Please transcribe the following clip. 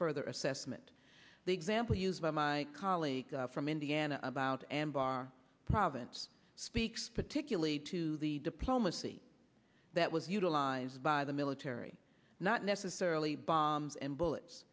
further assessment the example used by my colleague from indiana about anbar province speaks particularly to the diplomacy that was utilized by the military not necessarily bombs and bullets